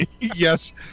yes